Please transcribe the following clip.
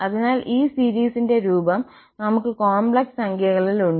അതിനാൽ ഈ സീരിസിന്റെ രൂപം നമുക്ക് കോംപ്ലക്സ് സംഖ്യകളിൽ ഉണ്ട്